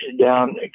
down